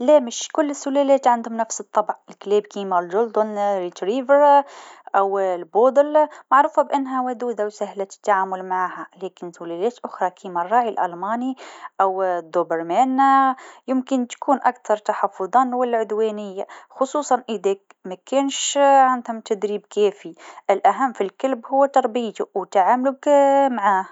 لا مش كل السلالات عندهم نفس الطبع الكلاب كيما الجولدن ريتش ريفر أو البودل معروفة بإنها ودودة و سهلة التعامل معاها لكن سلالات أخرى كيما الراعي الألماني أو الدوبرمان يمكن تكون أكثر تحفضا ولا عدوانيه خصوصا إذا ك- ما كانش عندهم تدريب كافي الأهم في الكلب هو تربيتو و تعاملك معاه.